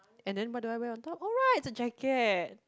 and then what do I wear on top oh right it's a jacket